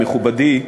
מכובדי,